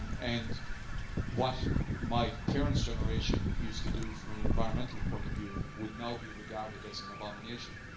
and what my parents' generation used to do, from an environmental point of view, would now be regarded as an abomination.